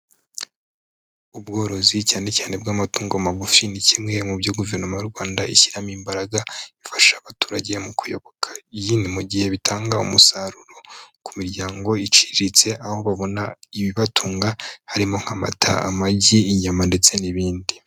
Ubworozi cyane cyane bw'amatungo magufi ni kimwe mu byo guverinoma y'u Rwanda ishyiramo imbaraga ifasha abaturage mu kuyoboka, iyi ni mu gihe bitanga umusaruro ku miryango iciriritse, aho babona ibibatunga harimo nk'amata, amagi, inyama ndetse n'ibindi.